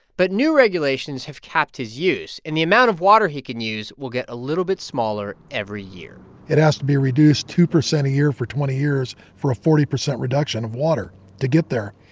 but new regulations have capped his use, and the amount of water he can use will get a little bit smaller every year it has to be reduced two percent a year for twenty years for a forty percent reduction of water to get there.